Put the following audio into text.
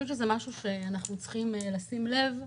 אני חושבת שזה משהו שאנחנו צריכים לשים אליו לב.